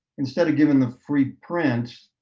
instead of giving the free print,